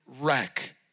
wreck